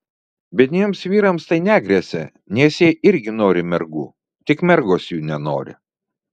biedniems vyrams tai negresia nes jie irgi nori mergų tik mergos jų nenori